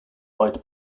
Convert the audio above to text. white